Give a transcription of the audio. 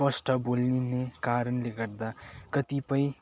स्पष्ट बोलिने कारणले गर्दा कतिपय